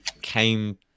came